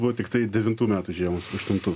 buvo tiktai devintų metų žiemos aštuntų